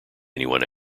anyone